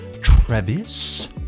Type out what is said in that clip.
Travis